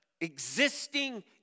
existing